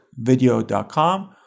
video.com